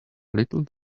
little